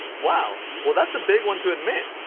wow. well, that's a big one to admit.